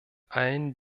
allen